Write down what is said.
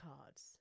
cards